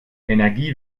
energie